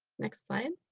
next slide.